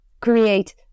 create